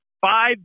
Five